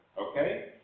Okay